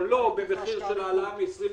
אבל לא במחיר של העלאה ל-49%,